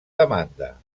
demanda